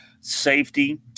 safety